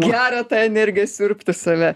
gera tą energiją siurbt į save